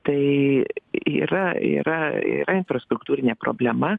tai yra yra yra infrastruktūrinė problema